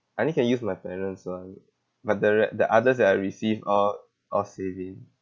I only can use my parents [one] but the re~ the others that I received all all saving